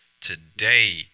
today